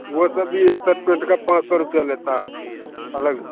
वह सब भी एक शर्ट पैन्ट का पाँच सौ रुपया लेता है अलग से